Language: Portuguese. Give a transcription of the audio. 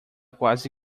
quase